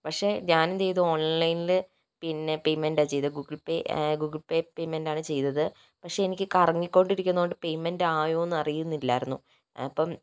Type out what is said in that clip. പക്ഷെ ഞാനെന്തു ചെയ്തു ഓൺലൈനിൽ പിന്നെ പേയ്മെൻ്റാ ചെയ്തത് ഗൂഗിൾ പേ ഗൂഗിൾ പേ പേയ്മെൻ്റാണ് ചെയ്തത് പക്ഷെ എനിക്ക് കറങ്ങിക്കൊണ്ടിരിക്കുന്നതുകൊണ്ട് പേയ്മെൻ്റ് ആയോ എന്നറിയുന്നില്ലായിരുന്നു അപ്പോൾ